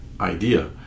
idea